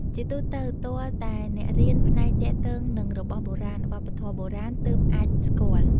ជាទូទៅ ទាល់តែអ្នករៀន ផ្នែកទាក់ទងនឹងរបស់បុរាណ វប្បធម៌បុរាណ ទើបអាចស្គាល់។